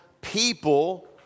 people